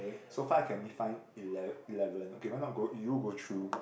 so far I can only find ele~ eleven okay why not go you go through